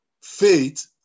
faith